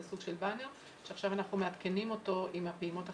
זה סוג של באנר שעכשיו אנחנו מעדכנים אותו עם הפעימות החדשות.